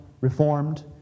Reformed